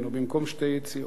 במקום שתי יציאות,